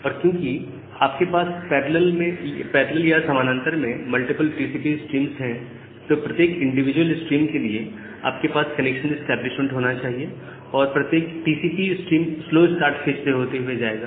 और क्योंकि आपके पास पैरेलल या समानांतर में मल्टीपल टीसीपी स्ट्रीम्स हैं तो प्रत्येक इंडिविजुअल स्ट्रीम के लिए आपके पास कनेक्शन इस्टैब्लिशमेंट होना चाहिए और प्रत्येक TCP stream slow start phase से होते हुए जाएगा